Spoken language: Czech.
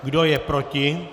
Kdo je proti?